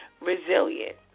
resilient